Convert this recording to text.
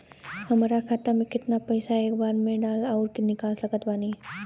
हमार खाता मे केतना पईसा एक बेर मे डाल आऊर निकाल सकत बानी?